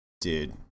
dude